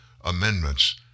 amendments